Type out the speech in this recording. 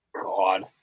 god